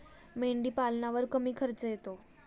मेंढीपालनावर कमी खर्च येतो